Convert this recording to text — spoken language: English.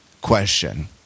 question